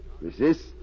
Resist